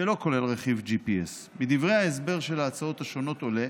שלא כולל רכיב GPS. מדברי ההסבר של ההצעות השונות עולה